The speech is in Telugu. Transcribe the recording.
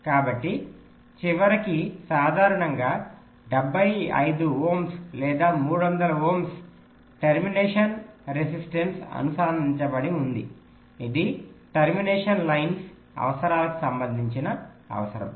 కాబట్టి చివరికి సాధారణంగా 75 ఓం లేదా 300 ఓం టెర్మినేషన్ రెసిస్టెన్స్ అనుసంధానించబడి ఉంది ఇది ట్రాన్స్మిషన్ లైన్ అవసరాలకు సంబంధించిన అవసరం